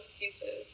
excuses